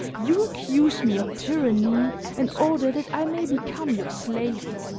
you accuse me of tyranny in order that i may become your slave.